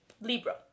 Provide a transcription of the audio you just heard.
Libra